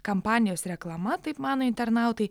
kampanijos reklama taip mano internautai